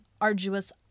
arduous